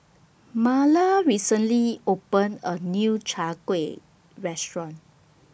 Marla recently opened A New Chai Kueh Restaurant